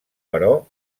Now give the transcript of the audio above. però